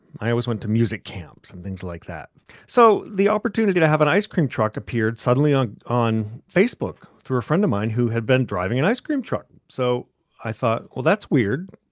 i always went to music camps and things like that so the opportunity to have an ice cream truck appeared suddenly on on facebook through a friend of mine who had been driving an ice cream truck. so i thought, well, that's weird.